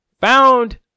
Found